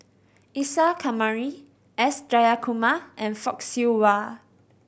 Isa Kamari S Jayakumar and Fock Siew Wah